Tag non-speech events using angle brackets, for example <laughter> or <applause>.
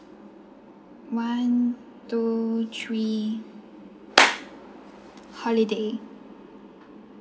one two three <noise> holiiday